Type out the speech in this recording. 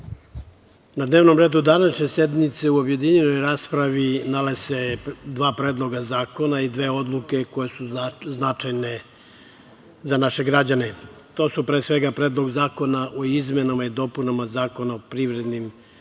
na dnevnom redu današnje sednice u objedinjenoj raspravi nalaze se dva predloga zakona i dve odluke koje su značajne za naše građane. To su, pre svega, Predlog zakona o izmenama i dopunama Zakona o privrednim društvima,